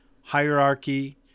hierarchy